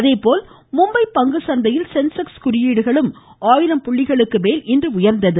அதேபோல் மும்பை பங்குசந்தையில் சென்செக்ஸ் குறியீடுகளும் ஆயிரம் புள்ளிகளுக்கு மேல் இன்று உயா்ந்துள்ளது